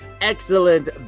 excellent